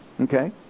Okay